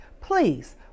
please